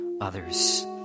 others